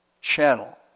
channel